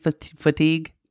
fatigue